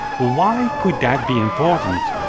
why could that be important?